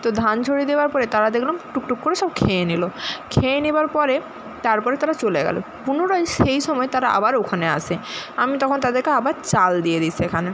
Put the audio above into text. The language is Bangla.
তো ধান ছড়িয়ে দেবার পরে তারা দেখলাম টুক টুক করে সব খেয়ে নিলো খেয়ে নেবার পরে তারপরে তারা চলে গেল পুনরায় সেই সময় তারা আবার ওখানে আসে আমি তখন তাদেরকে আবার চাল দিয়ে দিই সেখানে